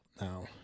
Now